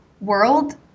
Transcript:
world